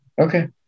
okay